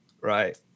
Right